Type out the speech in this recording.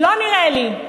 לא נראה לי.